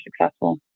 successful